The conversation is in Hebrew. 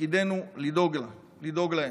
שתפקידנו לדאוג להם.